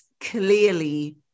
clearly